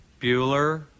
bueller